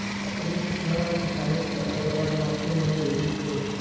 पहिली के समे म किसानी बूता करे बर मसीन नइ रिहिस हे